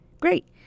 Great